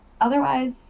otherwise